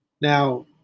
Now